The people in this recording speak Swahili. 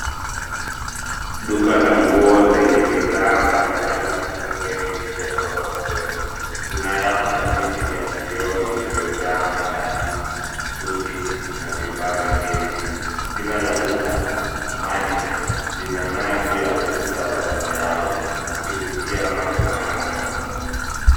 Duka la nguo lenye bidhaa mbalimbali za kiume zilizopangwa vizuri. Kuna rafu na viti vya vioo vilivyojaa mashati, suti na vifaa vingine. Jina la duka; MANIX linang'aa juu ya ukuta wa zambarau likivutia macho mara moja.